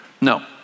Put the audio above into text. No